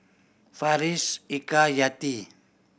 Farish Eka Yati